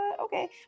okay